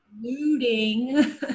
looting